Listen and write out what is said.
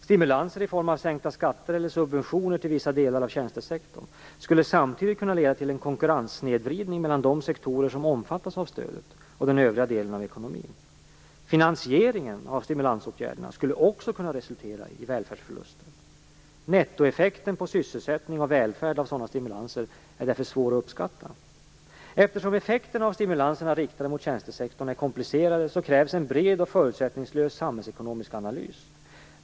Stimulanser i form av sänkta skatter eller subventioner till vissa delar av tjänstesektorn skulle samtidigt kunna leda till en konkurrenssnedvridning mellan de sektorer som omfattas av stödet och den övriga delen av ekonomin. Finansieringen av stimulansåtgärderna skulle också kunna resultera i välfärdsförluster. Nettoeffekten på sysselsättning och välfärd av sådana stimulanser är därför svår att uppskatta. Eftersom effekterna av stimulanser riktade mot tjänstesektorn är komplicerade krävs det en bred och förutsättningslös samhällsekonomisk analys.